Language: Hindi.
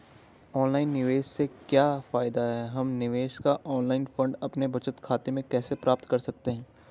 ऑनलाइन निवेश से क्या फायदा है हम निवेश का ऑनलाइन फंड अपने बचत खाते में कैसे प्राप्त कर सकते हैं?